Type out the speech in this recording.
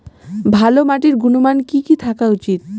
ভালো মাটির গুণমান কি কি থাকা উচিৎ?